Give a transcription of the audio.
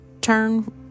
Turn